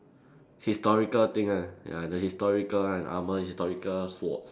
historical thing right ya the historical one armour historical swords